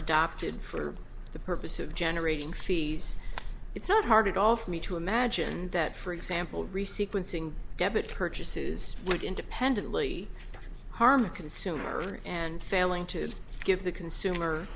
adopted for the purpose of generating sees it's not hard at all for me to imagine that for example resequencing debit purchases would independently harm the consumer and failing to give the consumer